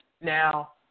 Now